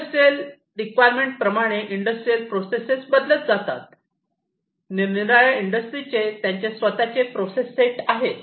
industrial requirement प्रमाणे industrial process बदलत जातात निरनिराळ्या इंडस्ट्रीचे त्यांचे स्वतःचे प्रोसेस सेट आहेत